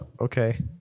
okay